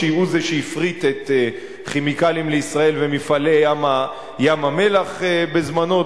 הוא זה שהפריט את "כימיקלים לישראל" ו"מפעלי ים-המלח" בזמנו,